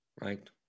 right